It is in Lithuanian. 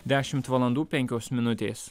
dešimt valandų penkios minutės